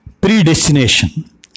predestination